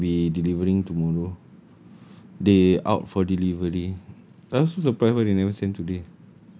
mop might be delivering tomorrow they out for delivery I also surprise why they never send today